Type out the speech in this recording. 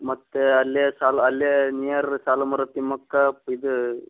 ಮತ್ತು ಅಲ್ಲೇ ಸಾಲು ಅಲ್ಲೇ ನಿಯರ್ ಸಾಲುಮರ ತಿಮ್ಮಕ್ಕ ಇದು